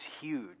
huge